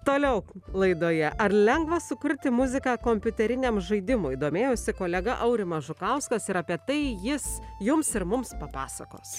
toliau laidoje ar lengva sukurti muziką kompiuteriniam žaidimui domėjosi kolega aurimas žukauskas ir apie tai jis jums ir mums papasakos